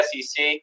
SEC